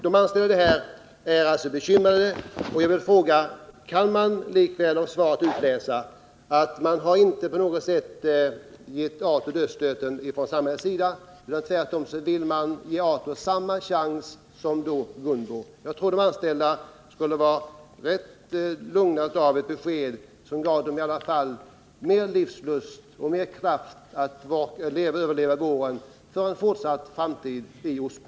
De anställda är alltså bekymrade, och jag vill fråga: Kan man av svaret utläsa att samhället inte på något sätt givit Ato dödsstöten utan tvärtom vill ge Ato samma chans som Gunboföretagen? Jag tror att de anställda skulle lugnas av ett besked som kunde ge dem mer livslust och mer kraft att överleva våren, för en fortsatt framtid i Osby.